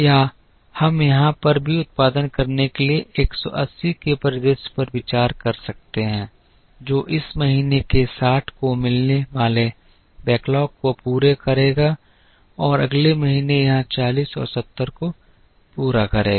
या हम यहां पर भी उत्पादन करने के 180 के परिदृश्य पर विचार कर सकते हैं जो इस महीने के 60 को मिलने वाले बैकलॉग को पूरा करेगा और अगले महीने यहां 40 और 70 को पूरा करेगा